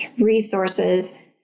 resources